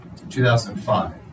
2005